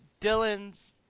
Dylan's